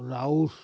Rouse